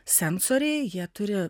sensoriai jie turi